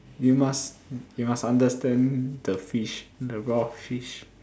you must you must understand the fish the raw fish